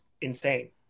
insane